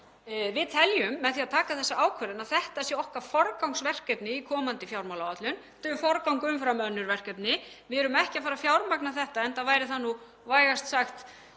Við teljum, með því að taka þessa ákvörðun, að þetta sé okkar forgangsverkefni í komandi fjármálaáætlun. Þetta hefur forgang umfram önnur verkefni. Við erum ekki að fara að fjármagna þetta, enda væri það nú vægast sagt